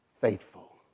faithful